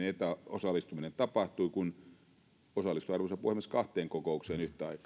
etäosallistuminen tapahtuu kun osallistuin arvoisa puhemies kahteen kokoukseen yhtä aikaa en